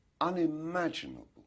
unimaginable